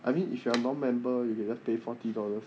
I mean if you are non member you can just pay forty dollars